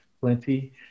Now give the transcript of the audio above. plenty